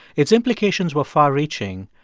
its implications were far-reaching,